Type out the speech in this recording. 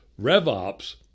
RevOps